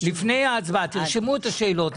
תרשמו את השאלות,